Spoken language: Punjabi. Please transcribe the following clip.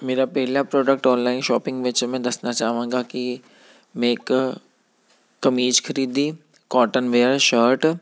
ਮੇਰਾ ਪਹਿਲਾ ਪ੍ਰੋਡਕਟ ਔਨਲਾਈਨ ਸ਼ੋਪਿੰਗ ਵਿੱਚ ਮੈਂ ਦੱਸਣਾ ਚਾਹਾਂਗਾ ਕਿ ਮੈਂ ਇੱਕ ਕਮੀਜ਼ ਖਰੀਦੀ ਕੋਟਨ ਮੇਅਰ ਸ਼ਰਟ